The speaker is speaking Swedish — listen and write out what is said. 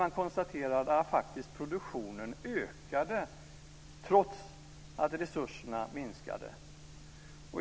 Man konstaterar att produktionen faktiskt ökade trots att resurserna minskade.